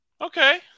Okay